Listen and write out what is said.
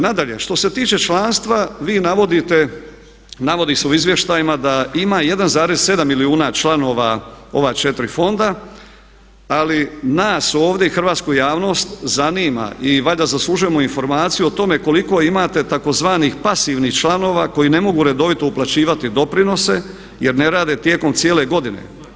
Nadalje što se tiče članstva vi navodite, navodi se u izvještajima da ima 1,7 milijuna članova ova četiri fonda ali nas ovdje i hrvatsku javnost zanima i valjda zaslužujemo informaciju o tome koliko imate tzv. pasivnih članova koji ne mogu redovito uplaćivati doprinose jer ne rade tijekom cijele godine.